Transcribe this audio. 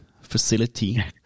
facility